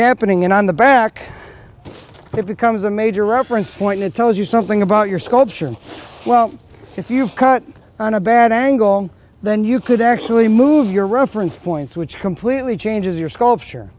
happening and on the back it becomes a major reference point it tells you something about your sculpture well if you cut on a bad angle then you could actually move your reference points which completely changes your sculpture